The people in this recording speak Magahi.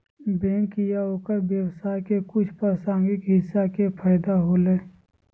बैंक या ओकर व्यवसाय के कुछ प्रासंगिक हिस्सा के फैदा होलय